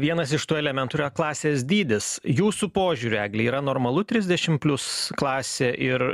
vienas iš tų elementų yra klasės dydis jūsų požiūriu egle yra normalu trisdešim plius klasė ir